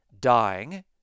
dying